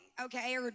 okay